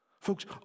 Folks